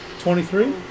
Twenty-three